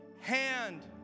hand